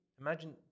Imagine